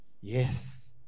Yes